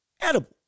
edible